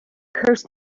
curse